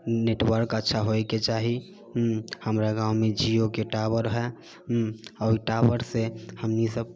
network अच्छा होयके चाही हमरा गाँवमे जीओके टावर हइ ओहि टावर से हमनी सब